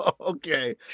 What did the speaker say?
Okay